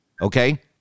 Okay